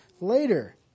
later